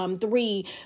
three